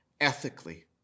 ethically